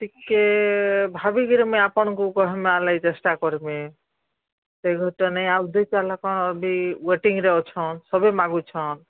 ଟିକେ ଭାବିକରି ମୁଇଁ ଆପଣକୁଁ କହିମା ଲାଗି ଚେଷ୍ଟା କରମି ଏକରୁ ତ ନାଇଁ ଦୁଇ ତାଲା କଣ ଅଭି ୱେଟିଂରେ ଅଛନ୍ ସଭେ ମାଗୁଛନ୍